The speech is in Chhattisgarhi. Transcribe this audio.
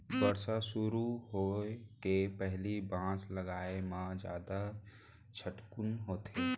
बरसा सुरू होए के पहिली बांस लगाए म जादा झटकुन होथे